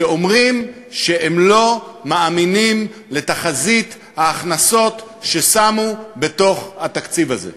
שאומרים שהם לא מאמינים בתחזית ההכנסות ששמו בתוך התקציב הזה.